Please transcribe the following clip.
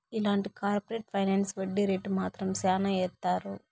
ఇలాంటి corporate finance వడ్డీ rate మాత్రం శ్యానా ఏత్తారు